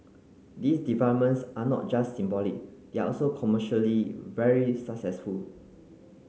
these developments are not just symbolic they are also commercially very successful